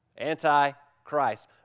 antichrist